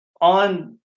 on